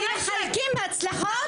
אתם מחלקים הצלחות?